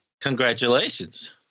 Congratulations